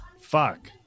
Fuck